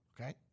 Okay